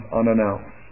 unannounced